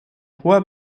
hoher